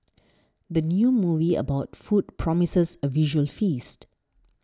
the new movie about food promises a visual feast